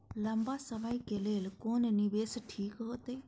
लंबा समय के लेल कोन निवेश ठीक होते?